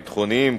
ביטחוניים,